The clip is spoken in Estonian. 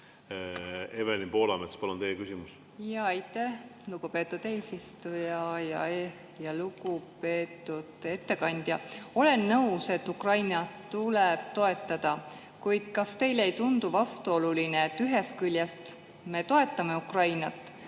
Evelin Poolamets, palun, teie küsimus! Aitäh, lugupeetud eesistuja! Lugupeetud ettekandja! Olen nõus, et Ukrainat tuleb toetada, kuid kas teile ei tundu vastuoluline, et ühest küljest me toetame Ukrainat,